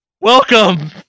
welcome